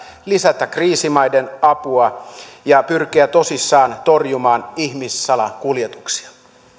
lisätä kriisimaiden apua ja pyrkiä tosissaan torjumaan ihmissalakuljetuksia